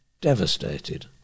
Devastated